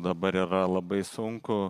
dabar yra labai sunku